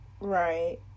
right